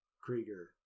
Krieger